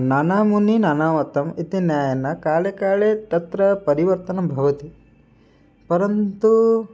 नाना मुनयः नाना मतानि इति नाना काले काले तत्र परिवर्तनं भवति परन्तु